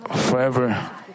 forever